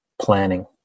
planning